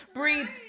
breathe